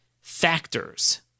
factors